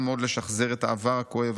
קל מאוד לשחזר את העבר הכואב,